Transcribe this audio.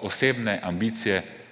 osebne ambicije,